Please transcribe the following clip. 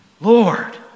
Lord